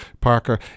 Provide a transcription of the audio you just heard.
Parker